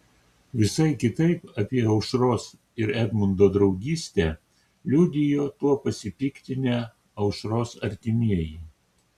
visai kitaip apie aušros ir edmundo draugystę liudijo tuo pasipiktinę aušros artimieji